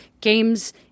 games